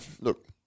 look